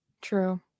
true